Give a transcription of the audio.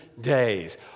days